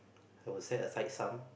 I would set aside some